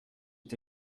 est